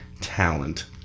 talent